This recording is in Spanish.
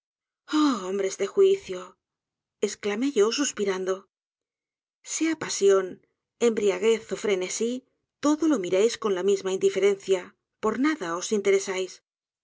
hombres de juicio esclamé yo suspirando sea pasión embriaguez ó frenesí todo lo miráis con la misma indiferencia por nada os interesáis